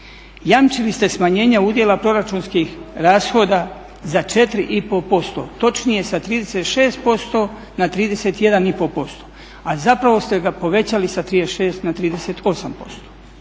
Jamčili ste smanjenje udjela proračunskih rashoda za 4,5% točnije sa 36% na 31%, a zapravo ste ga povećali sa 36 na 38%.